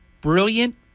brilliant